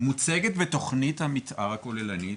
מוצגת בתוכנית המתאר הכוללנית,